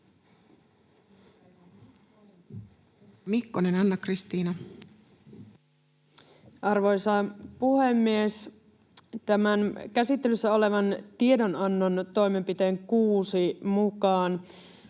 Time: 18:51 Content: Arvoisa puhemies! Tämän käsittelyssä olevan tiedonannon toimenpiteen 6 mukaan